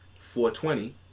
4-20